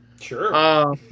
Sure